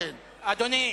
אדוני,